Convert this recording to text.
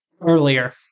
earlier